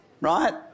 right